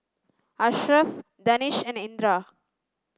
Ashraf Danish and Indra